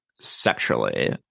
sexually